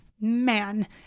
man